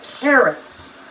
carrots